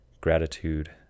gratitude